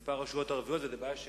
כ"כמה רשויות ערביות", והבעיה שגם,